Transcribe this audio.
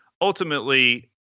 ultimately